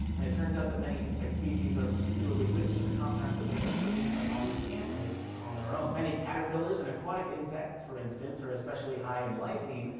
and it turns out that many insect species are particularly rich in the compounds that make up proteins our bodies can't make on their own. many caterpillars and aquatic insects, for instance, are especially high in lysine,